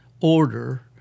order